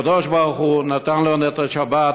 הקדוש-ברוך-הוא נתן לנו את השבת,